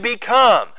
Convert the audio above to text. become